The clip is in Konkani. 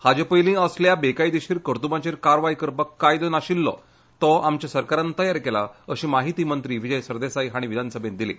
हाचे पयलीं असल्या बेकायदेशीर कर्तबांचेर कारवाय करपाक कायदो नाशिल्लो तो आमच्या सरकारान तयार केला अशी म्हायती मंत्री विजय सरदेसाय हांणी विधानसभेंत दिली